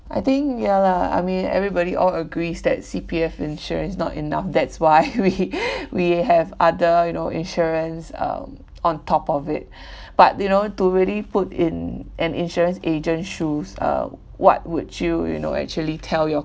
I think ya lah I mean everybody all agrees that C_P_F insurance is not enough that's why we we have other you know insurance um on top of it but you know to really put in an insurance agent shoes uh what would you you know actually tell your